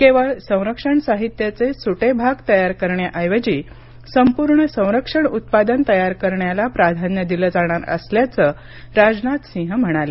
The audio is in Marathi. केवळ संरक्षण साहित्याचे सुटे भाग तयार करण्याऐवजी संपूर्ण संरक्षण उत्पादन तयार करण्याला प्राधान्य दिलं जाणार असल्याचं राजनाथ सिंह म्हणाले